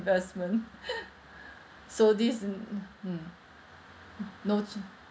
so this mm hmm no ch~